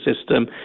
system